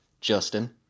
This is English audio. Justin